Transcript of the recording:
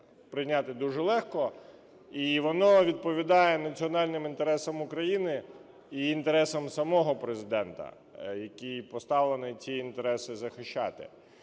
прийняти дуже легко, і воно відповідає національним інтересам України, і інтересам самого Президента, який поставлений ці інтереси захищати.